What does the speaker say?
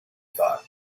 thought